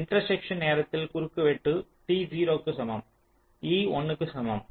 intersection நேரத்தில் குறுக்குவெட்டு t 0 க்கு சமம் e 1 க்கு சமம்